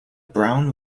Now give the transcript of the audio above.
brown